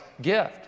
gift